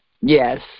Yes